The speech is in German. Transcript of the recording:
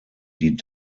die